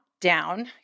down